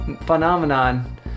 Phenomenon